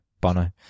Bono